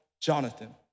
Jonathan